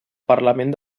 parlament